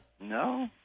No